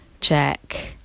check